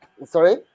Sorry